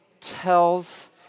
tells